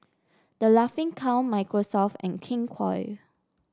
The Laughing Cow Microsoft and King Koil